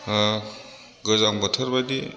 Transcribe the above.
गोजां बोथोरबायदि